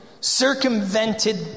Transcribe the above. circumvented